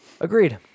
Agreed